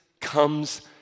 comes